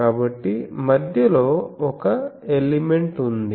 కాబట్టి మధ్యలో ఒక ఎలిమెంట్ ఉంది